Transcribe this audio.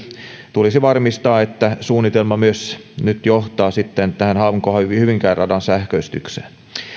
tulisi varmistaa että suunnitelma nyt myös johtaa sitten tähän hanko hyvinkää radan sähköistykseen